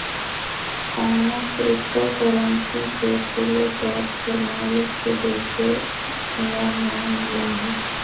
कौनो crypto currency के खुले तौर पर मालिक के देखे ला ना मिला हई